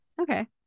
Okay